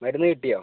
മരുന്ന് കിട്ടിയോ